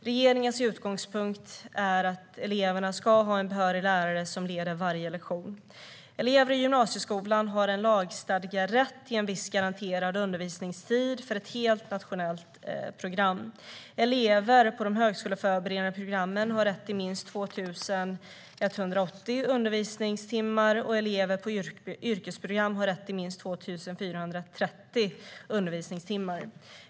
Regeringens utgångspunkt är att eleverna ska ha en behörig lärare som leder varje lektion. Elever i gymnasieskolan har en lagstadgad rätt till en viss garanterad undervisningstid för ett helt nationellt program. Elever på de högskoleförberedande programmen har rätt till minst 2 180 undervisningstimmar, och elever på yrkesprogram har rätt till minst 2 430 undervisningstimmar.